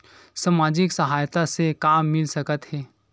सामाजिक सहायता से का मिल सकत हे?